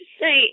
say